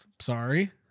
Sorry